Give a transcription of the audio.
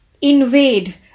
Invade